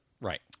Right